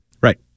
right